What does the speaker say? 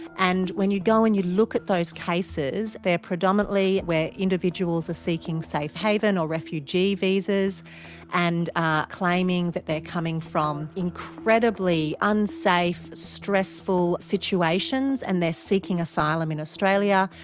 and when you go and you look at those cases, they're predominantly where individuals are seeking safe haven or refugee visas and are claiming that they're coming from incredibly unsafe, stressful situations and they're seeking asylum in australia,